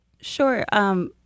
Sure